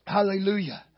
Hallelujah